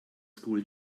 school